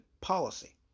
policy